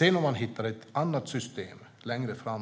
Om man längre fram hittar ett annat system